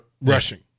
Rushing